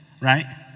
right